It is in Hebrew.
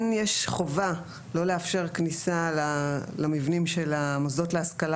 כן יש חובה לא לאפשר כניסה למבנים של המוסדות להשכלה